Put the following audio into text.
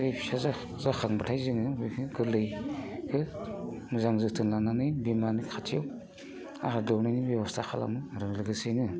जै फिसा जाखांब्लाथाय जोङो गोरलैयैनो मोजां जोथोन लानानै बिमा खाथियाव आहार दौनायनि बेब'स्था खालामो आरो लोगोसेयैनो